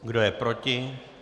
Kdo je proti?